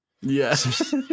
Yes